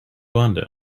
vonda